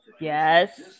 Yes